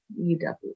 UW